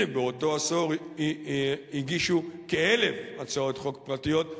באותו עשור הגישו כ-1,000 הצעות חוק פרטיות,